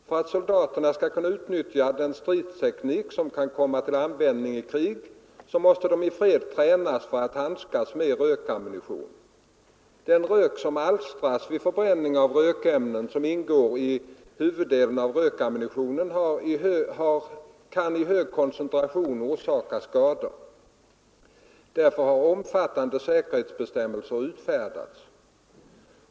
För att soldaterna skall kunna utnyttja den stridsteknik som kan komma till användning i krig måste de i fred tränas i att handskas med rökammunition. Den rök som alstras vid förbränningen av de rökämnen som ingår i huvuddelen av rökammunitionen kan i hög koncentration orsaka skador. Därför har omfattande säkerhetsbestämmelser utfärdats.